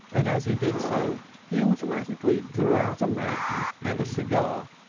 and as he did so he automatically drew out a match and a cigar,